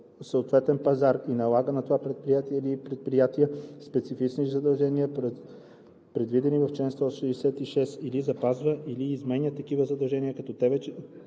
съответен пазар, и налага на това предприятие или предприятия специфични задължения, предвидени в чл. 166, или запазва, или изменя такива задължения, когато те вече